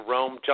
Rome